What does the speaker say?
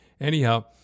Anyhow